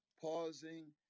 pausing